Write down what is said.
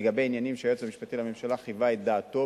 לגבי עניינים שהיועץ המשפטי לממשלה חיווה את דעתו,